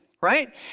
right